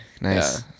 Nice